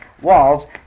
walls